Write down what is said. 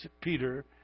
Peter